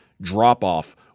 drop-off